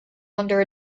under